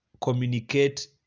communicate